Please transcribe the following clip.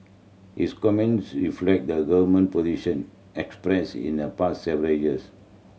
his comments reflect the government position expressed in the past several years